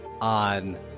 on